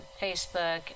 Facebook